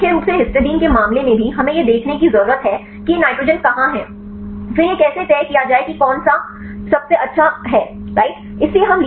इसलिए मुख्य रूप से हिस्टिडाइन के मामले में भी हमें यह देखने की जरूरत है कि ये नाइट्रोजेन कहां हैं फिर यह कैसे तय किया जाए कि कौन सा सबसे अच्छा अधिकार है